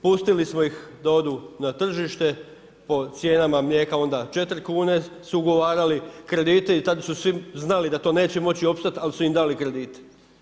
Pustili smo ih da odu na tržište po cijenama mlijeka onda četiri kune su ugovarali kredite i tada su svi znali da to neće moći opstati, ali su im dali kredite.